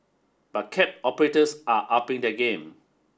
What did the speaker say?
but cab operators are upping their game